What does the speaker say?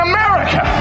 America